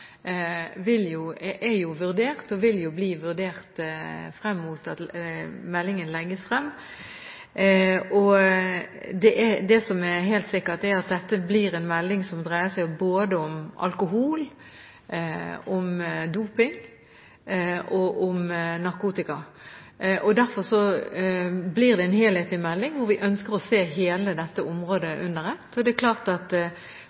er vurdert eller vil bli vurdert, frem til meldingen legges frem. Det som er helt sikkert, er at dette blir en melding som dreier seg både om alkohol, om doping og om narkotika. Derfor blir det en helhetlig melding hvor vi ønsker å se hele dette området under ett. Det er klart at